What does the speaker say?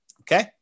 Okay